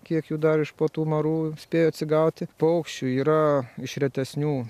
kiek jų dar iš po tų marų spėjo atsigauti paukščių yra iš retesnių